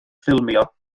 ffilmio